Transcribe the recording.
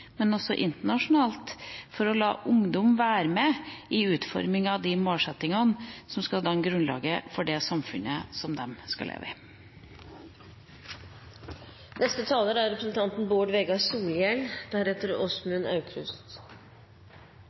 også hos ungdom internasjonalt, for å la ungdom være med i utforminga av de målsettingene som skal danne grunnlaget for det samfunnet som de skal leve